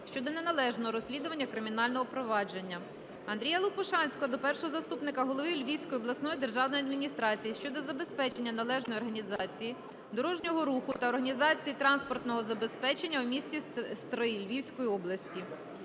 щодо неналежного розслідування кримінального провадження. Андрія Лопушанського до першого заступника голови Львівської обласної державної адміністрації щодо забезпечення належної організації дорожнього руху та організації транспортного забезпечення у місті Стрий Львівської області.